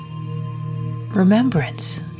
remembrance